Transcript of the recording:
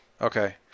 okay